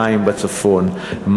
מים בצפון,